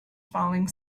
falling